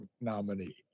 nominee